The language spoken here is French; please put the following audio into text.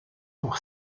pour